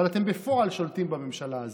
אבל בפועל אתם שולטים בממשלה הזאת.